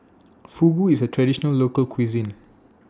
Fugu IS A Traditional Local Cuisine